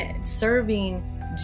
serving